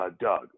Doug